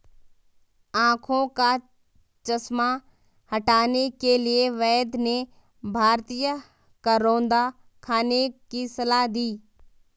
आंखों का चश्मा हटाने के लिए वैद्य ने भारतीय करौंदा खाने की सलाह दी